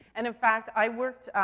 and, in fact, i worked,